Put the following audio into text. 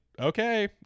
okay